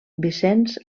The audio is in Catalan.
vicenç